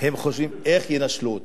הם חושבים איך ינשלו אותם,